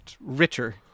richer